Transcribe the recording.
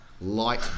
light